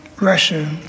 Russia